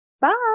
bye